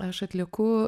aš atlieku